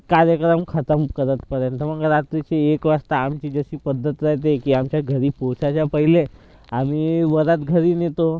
कार्यक्रम खतम करतपर्यंत मग रात्रीचे एक वाजता आमची जशी पद्धत रहाते की आमच्या घरी पोहोचायच्या पहिले आम्ही वरात घरी नेतो